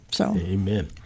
Amen